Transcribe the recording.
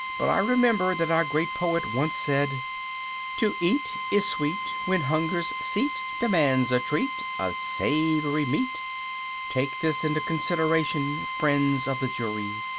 but i remember that our great poet once said to eat is sweet when hunger's seat demands a treat of savory meat take this into consideration, friends of the jury,